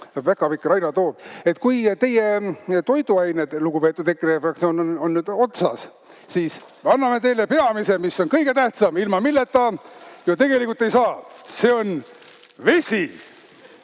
päkapikk Raina toob. Kui teie toiduained, lugupeetud EKRE fraktsioon, on otsas, siis anname teile peamise, mis on kõige tähtsam, ilma milleta me tegelikult ei saa – see on vesi!